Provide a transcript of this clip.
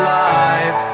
life